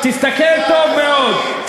תסתכל טוב מאוד,